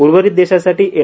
उर्वरित देशासाठीए एन